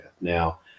Now